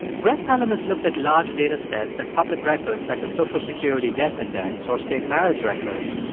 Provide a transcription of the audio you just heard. brett pelham has looked at large data sets and public records like the social security death index or state marriage records,